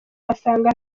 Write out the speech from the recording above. asanga